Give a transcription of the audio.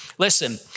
Listen